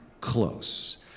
close